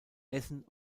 essen